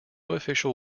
official